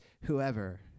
whoever